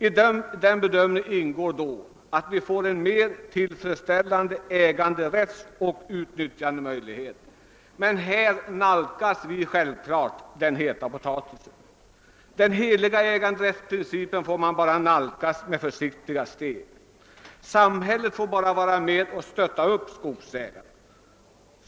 I den bedömningen ingår då att vi får en mer tillfredsställande äganderättsoch utnyttjandemöjlighet. Men här nalkas vi självfallet den heta potatisen. Den heliga äganderättsprincipen får man bara närma sig med försiktiga steg; samhället får bara vara med och stötta upp skogsägarna.